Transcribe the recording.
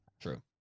True